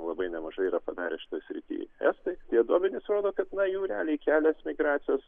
labai nemažai yra padarę šitoj srity estai tie duomenys rodo kad na realiai kelias migracijos